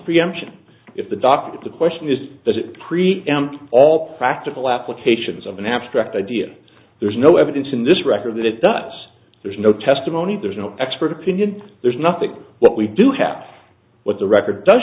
preemption if the doctor the question is that it preempt all practical applications of an abstract idea there's no evidence in this record that it does there's no testimony there's no expert opinion there's nothing what we do have what the record does